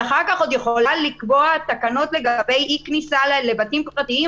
ואחר כך עוד יכולה לקבוע תקנות לגבי אי כניסה לבתים פרטיים.